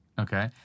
okay